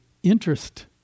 Interest